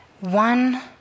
One